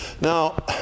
Now